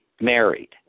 married